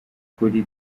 kuri